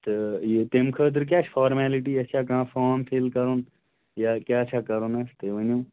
تہٕ یہِ تَمہِ خٲطرٕ کیٛاہ چھِ فارمیلٹی چھا کانٛہہ فارَم فِل کَرُن یا کیٛاہ چھا کَرُن اَسہِ تُہۍ ؤنِو